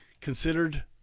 considered